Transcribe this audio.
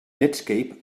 netscape